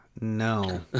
No